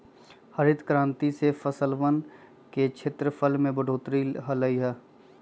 हरित क्रांति से फसलवन के क्षेत्रफल में बढ़ोतरी अई लय